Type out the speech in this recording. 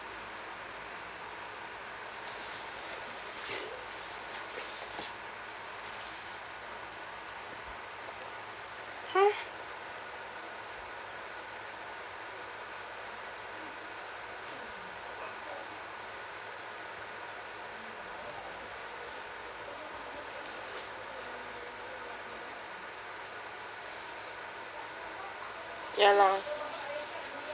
!huh! ya lah